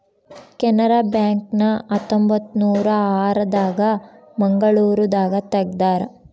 Canara bank ನ ಹತ್ತೊಂಬತ್ತನೂರ ಆರ ದಾಗ ಮಂಗಳೂರು ದಾಗ ತೆಗ್ದಾರ